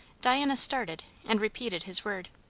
diana started and repeated his word.